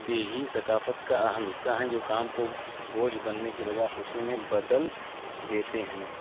دیہی ثقافت کا اہم حصہ ہیں جو کام کو بوجھ بننے کے بجائے خوشی میں بدل دیتے ہیں